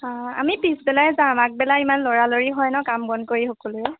অঁ আমি পিছবেলাই যাম আগবেলা ইমান লৰা লৰি হয় ন কাম বন কৰি সকলোৰে